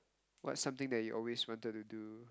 what's something that you always wanted to do